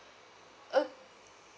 okay